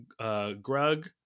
Grug